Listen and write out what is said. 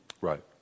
Right